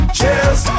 Cheers